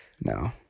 No